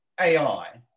AI